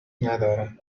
ندارم